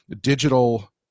digital